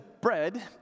bread